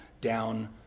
down